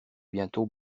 bientôt